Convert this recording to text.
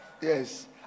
Yes